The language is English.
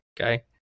Okay